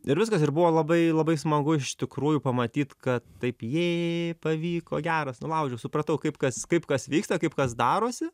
ir viskas ir buvo labai labai smagu iš tikrųjų pamatyt kad taip jė pavyko geras nulaužiau supratau kaip kas kaip kas vyksta kaip kas darosi